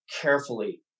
carefully